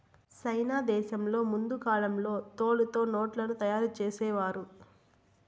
సైనా దేశంలో ముందు కాలంలో తోలుతో నోట్లను తయారు చేసేవారు